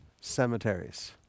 cemeteries